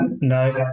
No